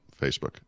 Facebook